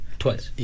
twice